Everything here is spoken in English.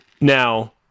Now